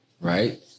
Right